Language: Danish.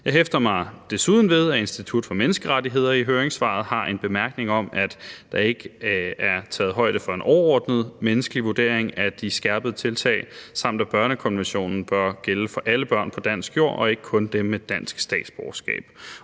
Jeg hæfter mig desuden ved, at Institut for Menneskerettigheder i høringssvaret har en bemærkning om, at der ikke er taget højde for en overordnet menneskelig vurdering af de skærpede tiltag, og at børnekonventionen bør gælde for alle børn på dansk jord og ikke kun dem med dansk statsborgerskab.